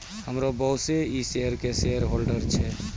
हमरो बॉसे इ शेयर के शेयरहोल्डर छै